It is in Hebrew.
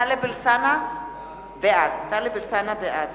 אריה אלדד, אינו נוכח טלב אלסאנע, בעד